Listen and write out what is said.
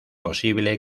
posible